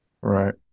Right